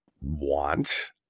want